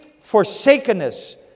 forsakenness